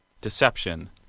Deception